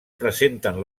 presenten